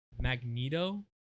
magneto